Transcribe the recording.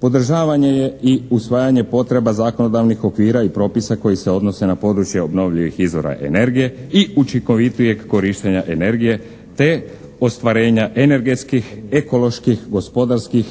Podržavanje i usvajanje potreba zakonodavnih okvira i propisa koji se odnose na područje obnovljivih izvora energije i učinkovitijeg korištenja energije te ostvarenja energetskih, ekoloških, gospodarskih